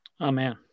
Amen